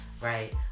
right